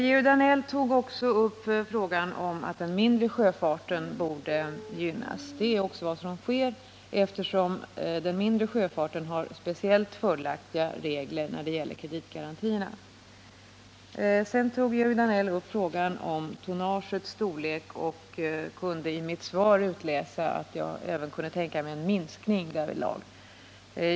Georg Danell tog upp frågan om att den mindre sjöfarten borde gynnas. Det är just vad som sker, eftersom den mindre sjöfarten har speciellt fördelaktiga regler när det gäller kreditgarantierna. Vidare tog Georg Danell upp frågan om tonnagets storlek. Han kunde i mitt svar utläsa att jag även kunde tänka mig en minskning därvidlag.